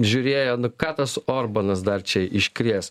žiūrėjo nu ką tas orbanas dar čia iškrės